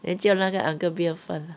then 教那个 uncle 不要放 ah